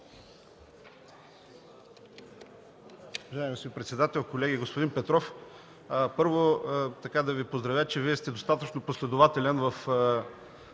Благодаря,